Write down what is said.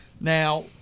now